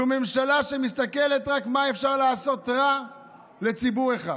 זו ממשלה שמסתכלת רק על מה אפשר לעשות רע לציבור אחד.